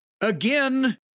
again